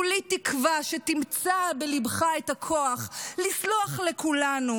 כולי תקווה שתמצא בליבך את הכוח לסלוח לכולנו